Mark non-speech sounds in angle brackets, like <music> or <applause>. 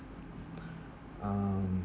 <breath> um